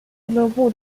俱乐部